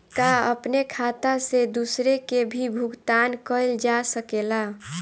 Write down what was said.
का अपने खाता से दूसरे के भी भुगतान कइल जा सके ला?